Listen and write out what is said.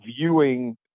viewing